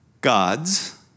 God's